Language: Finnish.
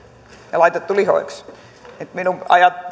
ja laitettu lihoiksi että minun